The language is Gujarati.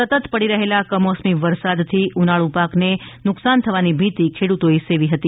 સતત પડી રહેલા કમોસમી વરસાદથી ઉનાળ પાકને નુકશાન થવાની ભીતિ ખેડૂતોએ સેવી હતી